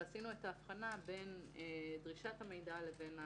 ועשינו את ההבחנה בין דרישת המידע לבין השקילה.